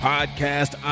Podcast